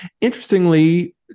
Interestingly